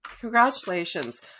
Congratulations